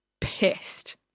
pissed